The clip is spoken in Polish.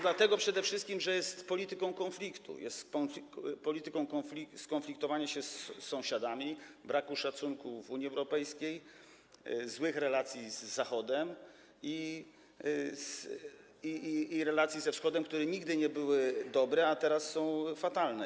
Dlatego przede wszystkim, że jest polityką konfliktu, jest polityką skonfliktowania się z sąsiadami, braku szacunku w Unii Europejskiej, złych relacji z Zachodem i relacji ze Wschodem, które nigdy nie były dobre, a teraz są fatalne.